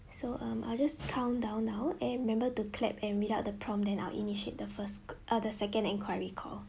so um I'll just count down now and remember to clap and read out the prompt then I'll initiate the first ca~ uh the second enquiry call